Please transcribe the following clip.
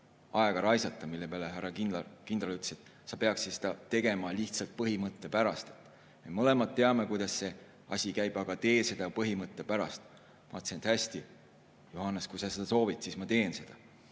aega raisata. Mille peale härra kindral ütles, et sa peaks seda tegema lihtsalt põhimõtte pärast. Me mõlemad teame, kuidas see asi käib, aga tee seda põhimõtte pärast. Ma mõtlesin, et hästi, Johannes, kui sa seda soovid, siis ma teen seda.